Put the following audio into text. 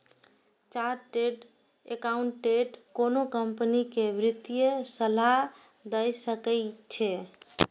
chartered accountant कोनो company कें वित्तीय सलाह दए सकै छै